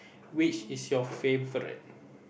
which is your favorite